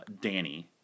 Danny